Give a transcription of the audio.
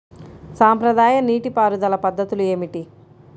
సాంప్రదాయ నీటి పారుదల పద్ధతులు ఏమిటి?